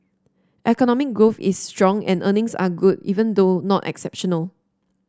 economic growth is strong and earnings are good even though not exceptional